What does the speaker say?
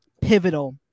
pivotal